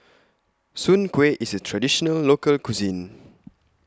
Soon Kway IS A Traditional Local Cuisine